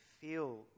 feel